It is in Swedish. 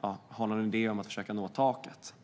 börjar tänka på att försöka nå taket.